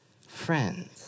friends